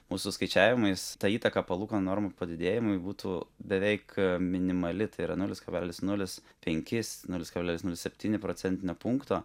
mūsų skaičiavimais ta įtaką palūkanų normų padidėjimui būtų beveik minimali tai yra nulis kablelis nulis penkis nulis kablelis nulis septyni procentinio punkto